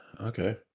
okay